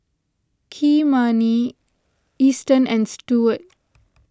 Kymani Easton and Stewart